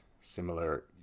similar